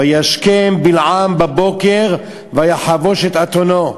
וישכם בלעם בבוקר ויחבוש את אתונו.